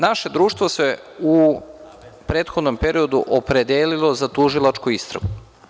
Naše društvo se u prethodnom periodu opredelilo za tužilačku istragu.